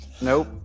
Nope